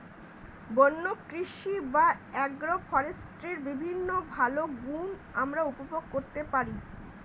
বন্য কৃষি বা অ্যাগ্রো ফরেস্ট্রির বিভিন্ন ভালো গুণ আমরা উপভোগ করতে পারি